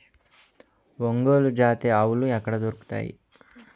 ఒంగోలు జాతి ఆవులు ఎక్కడ దొరుకుతాయి?